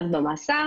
אז במאסר